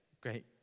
great